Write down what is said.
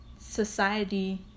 society